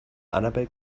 annabel